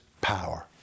power